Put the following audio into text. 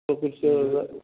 تو کچھ